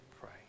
pray